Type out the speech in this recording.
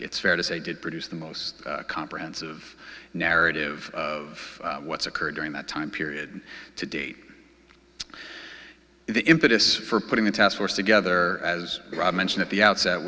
it's fair to say did produce the most comprehensive narrative of what's occurred during that time period to date the impetus for putting a task force together as rob mentioned at the outset